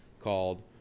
called